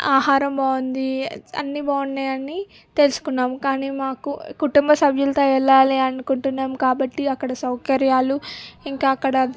ఆహారం బాగుంది అన్నీ బాగున్నాయి అని తెలుసుకున్నాము కానీ మాకు కుటుంబ సభ్యులతో వెళ్ళాలి అనుకుంటున్నాము కాబట్టి అక్కడ సౌకర్యాలు ఇంకా అక్కడ